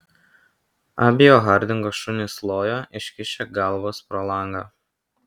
abio hardingo šunys lojo iškišę galvas pro langą